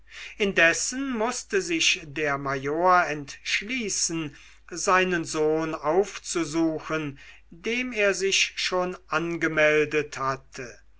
indessen mußte sich der major entschließen seinen sohn aufzusuchen dem er sich schon angemeldet hatte